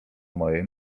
mojej